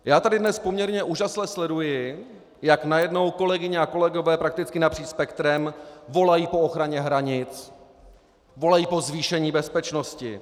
Já tady dnes poměrně užasle sleduji, jak najednou kolegyně a kolegové prakticky napříč spektrem volají po ochraně hranic, volají po zvýšení bezpečnosti.